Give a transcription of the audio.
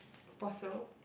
Fossil